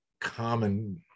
common